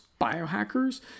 biohackers